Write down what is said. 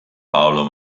paolo